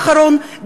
גם ברגע האחרון,